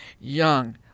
young